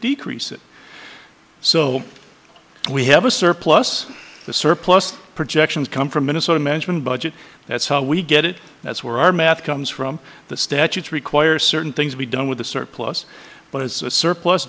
decrease it so we have a surplus the surplus projections come from minnesota management budget that's how we get it that's where our math comes from the statute requires certain things be done with the surplus but as a surplus